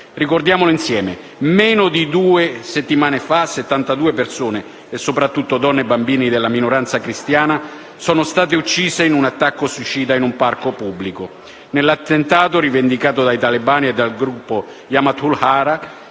Ricordiamolo insieme: meno di due settimane fa, 72 persone, soprattutto donne e bambini della minoranza cristiana, sono state uccise in un attacco suicida in un parco pubblico. Nell'attentato, rivendicato dai talebani del gruppo Jamatul Ahrar,